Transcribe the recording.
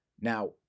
Now